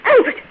Open